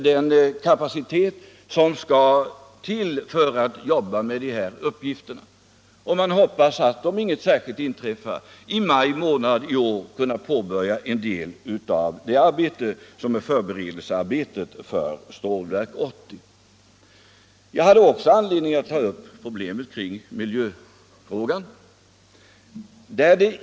Den kapacitet som är nödvändig för att arbeta med dessa uppgifter anställdes också. Om ingenting särskilt inträffar hoppas man att i maj månad i år kunna påbörja en del av de byggande förberedelsearbetena för Stålverk 80. I den tidigare debatten hade jag också anledning att ta upp miljöproblemen.